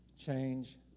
change